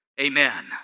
Amen